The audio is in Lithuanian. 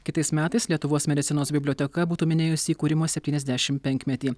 kitais metais lietuvos medicinos biblioteka būtų minėjusi įkūrimo septyniasdešimpenkmetį